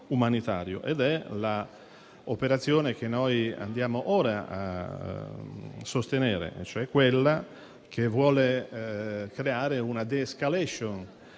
È l'operazione che noi andiamo ora a sostenere, cioè quella che vuole creare una *de-escalation*